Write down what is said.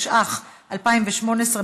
התשע"ח 2018,